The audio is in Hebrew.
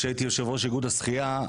כשהייתי יושב-ראש איגוד השחייה,